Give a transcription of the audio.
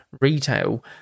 retail